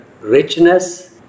richness